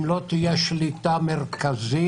אם לא תהיה שליטה מרכזית,